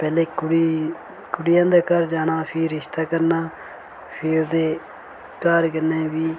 पैहले कुड़ी कुड़ी आह्लें दे घर जाना फ्ही रिश्ता करना फ्ही ओह्दे घर कन्नै बी